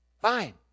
Fine